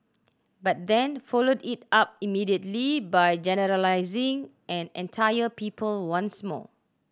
but then followed it up immediately by generalising an entire people once more